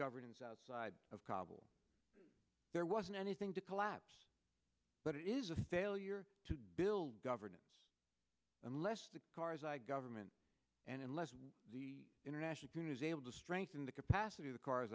governance outside of kabul there wasn't anything to collapse but it is a failure to build governance unless the karzai government and unless the international units able to strengthen the capacity